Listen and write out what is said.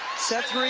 set